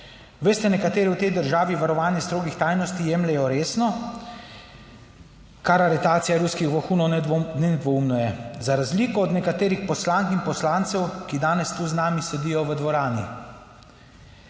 Veste, nekateri v tej državi varovanje strogih tajnosti jemljejo resno, kar aretacija ruskih vohunov nedvoumno je za razliko od nekaterih poslank in poslancev, ki danes tu z nami sedijo v dvorani.